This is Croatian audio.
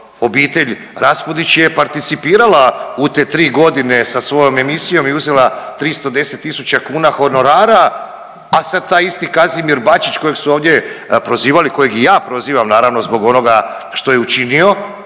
Obitelj Raspudić je participirala u te tri godine sa svojom emisijom i uzela 310.000 kuna honorara, a sad taj isti Kazimir Bačić kojeg su ovdje prozivali, kojeg i ja prozivam naravno zbog onoga što je učinio